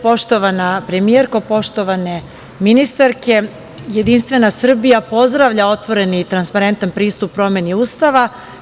Poštovana premijerko, poštovane ministarke, Jedinstvena Srbija pozdravlja otvoren i transparentan pristup promeni Ustava.